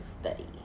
study